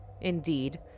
Indeed